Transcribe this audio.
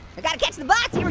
but gotta catch the bus,